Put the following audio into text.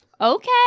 Okay